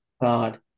God